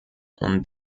und